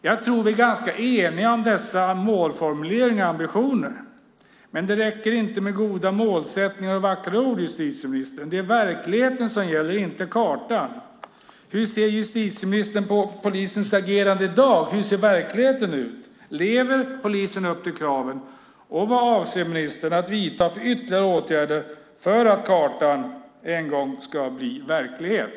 Jag tror att vi är ganska eniga om dessa målformuleringar och ambitioner, men det räcker inte med goda målsättningar och vackra ord, justitieministern. Det är verkligheten som gäller, inte kartan. Hur ser justitieministern på polisens agerande i dag? Hur ser verkligheten ut? Lever polisen upp till kraven? Vad avser ministern att vidta för ytterligare åtgärder för att kartan en gång ska bli verklighet?